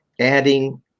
adding